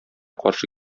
каршы